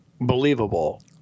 believable